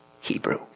Hebrew